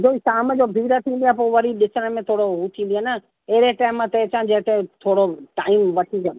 छोकी शाम जो भीड़ थींदी आहे पोइ वरी ॾिसण में थोड़ो उहा थींदी आहे न अहिड़े टाइम ते अचां जंहिं ते थोरो टाइम वठी जो